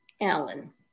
Alan